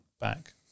back